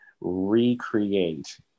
recreate